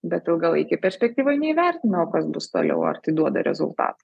bet ilgalaikėj perspektyvoj neįvertina o kas bus toliau ar tai duoda rezultatų